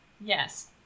Yes